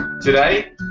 Today